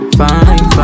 fine